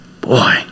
Boy